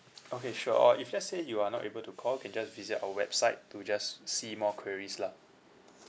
okay sure or if let's say you are not able to call you can just visit our website to just see more queries lah